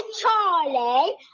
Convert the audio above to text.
Charlie